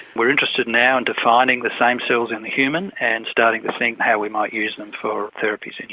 we're interested now in defining the same cells in the human and starting to think how we might use them for therapies in